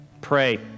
Pray